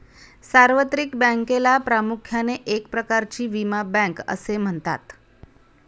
सार्वत्रिक बँकेला प्रामुख्याने एक प्रकारची विमा बँक असे म्हणतात